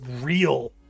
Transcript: real